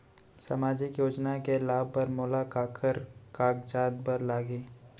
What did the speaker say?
सामाजिक योजना के लाभ बर मोला काखर कागजात बर लागही?